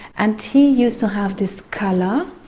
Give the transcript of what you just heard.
and he used to have this colour.